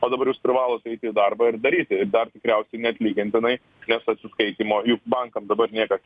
o dabar jūs privalot eiti į darbą ir daryti ir dar tikriausiai neatlygintinai nes atsiskaitymo juk bankam dabar niekas